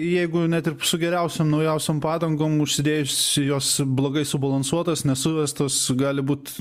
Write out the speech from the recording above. jeigu net ir su geriausiom naujausiom padangom užsidėjus jos blogai subalansuotas nesuvestas gali būt